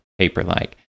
Paperlike